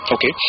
Okay